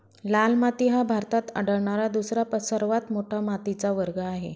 लाल माती हा भारतात आढळणारा दुसरा सर्वात मोठा मातीचा वर्ग आहे